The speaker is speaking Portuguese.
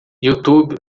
youtube